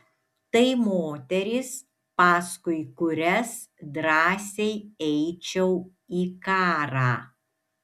tai moterys paskui kurias drąsiai eičiau į karą